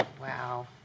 wow